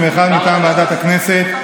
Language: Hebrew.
מטעם ועדת הכנסת.